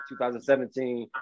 2017